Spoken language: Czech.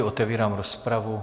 Otevírám rozpravu.